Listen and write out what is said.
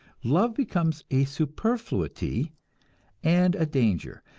love becomes a superfluity and a danger,